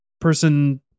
person